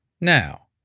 Now